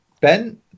Ben